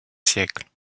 siècles